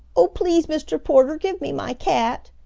oh, please, mr. porter, give me my cat!